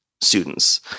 students